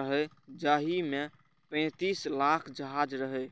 रहै, जाहि मे पैंतीस लाख जहाज रहै